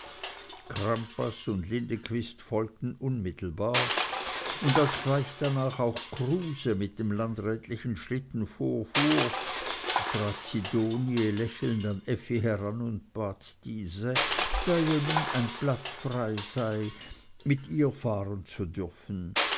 crampas und lindequist folgten unmittelbar und als gleich danach auch kruse mit dem landrätlichen schlitten vorfuhr trat sidonie lächelnd an effi heran und bat diese da ja nun ein platz frei sei mit ihr fahren zu dürfen